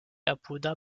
apuda